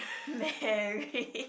Mary